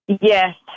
Yes